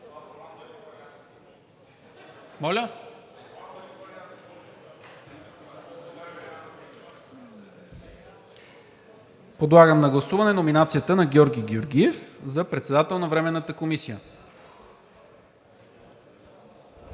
Моля? Подлагам на гласуване номинацията на Георги Георгиев за председател на Временната комисия.